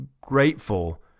grateful